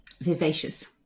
Vivacious